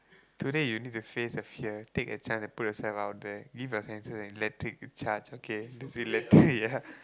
today you need to face the fear take a chance and put yourself out there leave your senses and let it take charge okay this is ya